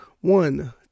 one